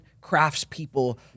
craftspeople